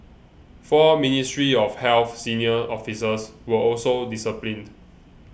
four Ministry of Health senior officers were also disciplined